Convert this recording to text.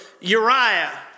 Uriah